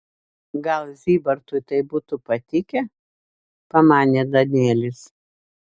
gal zybartui tai būtų patikę pamanė danielis